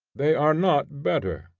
they are not better,